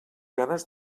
ganes